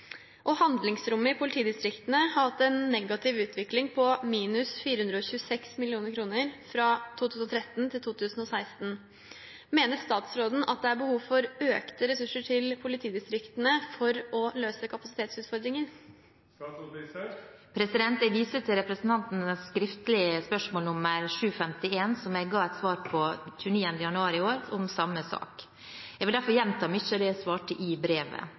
Handlingsrommet i politidistriktene har hatt en negativ utvikling på minus 426 millioner kroner fra 2013 til 2016. Mener statsråden at det er behov for økte ressurser til politidistriktene for å løse kapasitetsutfordringer?» Jeg viser til representantens skriftlige spørsmål nr. 751 for 2017–2018, som jeg ga et svar på den 29. januar i år, om samme sak. Jeg vil derfor gjenta mye av det jeg svarte i brevet.